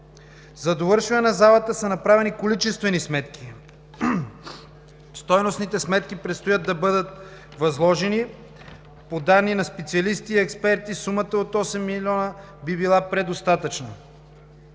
За довършване на залата са направени количествени сметки, стойностните сметки предстоят да бъдат възложени по данни на специалисти и експерти. Сумата от 8 милиона би била предостатъчна.